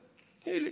רגע, תני לי.